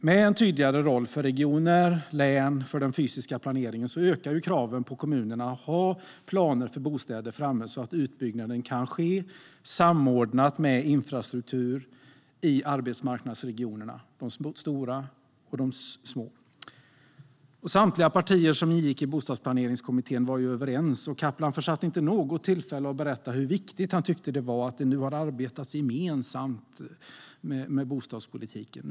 Med en tydligare roll för regioner och län för den fysiska planeringen ökar kraven på kommunerna att ha planer för bostäder framme, så att utbyggnaden kan ske samordnat med infrastruktur i arbetsmarknadsregionerna, små och stora. Samtliga partier som ingick i Bostadsplaneringskommittén var överens, och Kaplan försatte inte något tillfälle att berätta om hur viktigt han tyckte det var att det nu har arbetats gemensamt med bostadspolitiken.